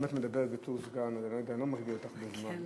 אם את מדברת בתור סגן, אני לא מגביל אותך בזמן.